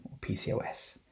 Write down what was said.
pcos